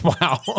wow